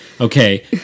Okay